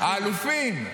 האלופים.